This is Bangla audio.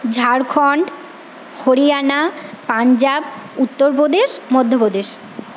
ঝাড়খন্ড হরিয়ানা পাঞ্জাব উত্তরপ্রদেশ মধ্যপ্রদেশ